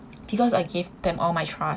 because I gave them all my trust